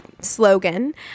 slogan